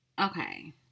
Okay